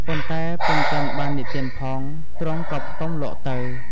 ប៉ុន្តែពុំទាន់បាននិទានផង ទ្រង់ក៏ផ្ទំលក់ទៅ។